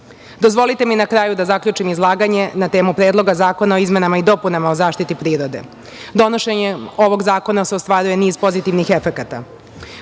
Srbije. Dozvolite mi na kraju da zaključim izlaganje na temu Predloga zakona o izmena i dopunama Zakona o zaštiti prirode. Donošenjem ovog zakona se ostvaruje niz pozitivnih efekata.